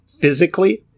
physically